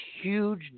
huge